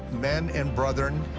men and brethren,